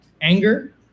anger